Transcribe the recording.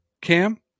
cam